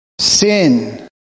Sin